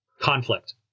conflict